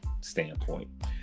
standpoint